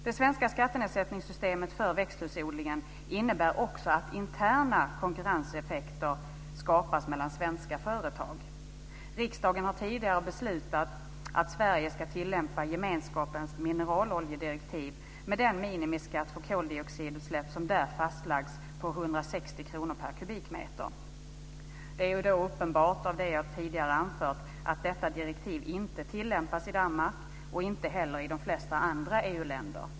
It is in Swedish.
Det svenska skattenedsättningssystemet för växthusodlingen innebär också att interna konkurrenseffekter skapas mellan svenska företag. Riksdagen har tidigare beslutat att Sverige ska tillämpa gemenskapens mineraloljedirektiv med den minimiskatt för koldioxidutsläpp som där fastlagts till 160 kr per kubikmeter. Det är uppenbart av vad jag tidigare anfört att detta direktiv inte tillämpas i Danmark och inte heller i de flesta andra EU-länder.